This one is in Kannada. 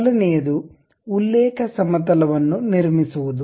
ಮೊದಲನೆಯದು ಉಲ್ಲೇಖ ಸಮತಲವನ್ನು ನಿರ್ಮಿಸುವುದು